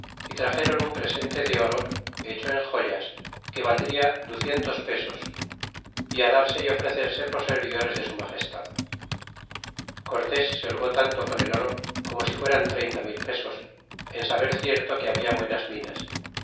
y traxéron un presente de oro hecho en joyas que te valdria ducientos pesos é a darse é ofrecerse por servidores de su magestad y cortés se holgó tanto con el oro como si fueran treinta mil pesos en saber cierto que habia buenas minas